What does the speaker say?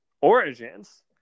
origins